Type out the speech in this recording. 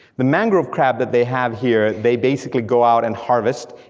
the mangrove crab that they have here, they basically go out and harvest,